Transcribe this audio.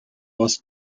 was